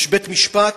יש בית-משפט,